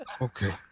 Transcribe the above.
Okay